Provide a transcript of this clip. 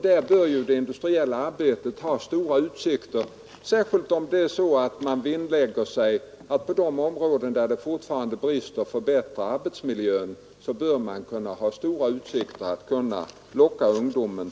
Då bör det industriella arbetet ha stora utsikter, särskilt om man vinnlägger sig om att på de områden där det fortfarande brister förbättra arbetsmiljön, att locka till sig ungdomen.